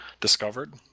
discovered